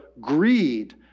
greed